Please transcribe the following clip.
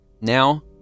Now